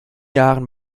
jahren